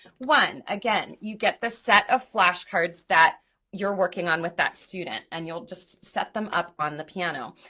one, again, you get the set of flashcards that you're working on with that student and you'll just set them up on the piano,